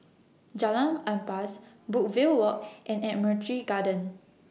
Jalan Ampas Brookvale Walk and Admiralty Garden